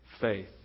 faith